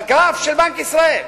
בגרף של בנק ישראל,